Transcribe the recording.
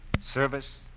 service